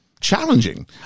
challenging